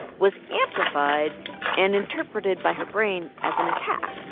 was amplified and interpreted by her brain as an attack.